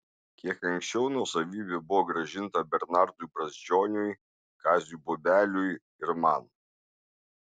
kiek anksčiau nuosavybė buvo grąžinta bernardui brazdžioniui kaziui bobeliui ir man